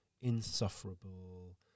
insufferable